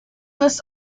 this